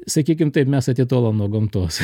sakykim taip mes atitolom nuo gamtos